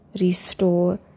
restore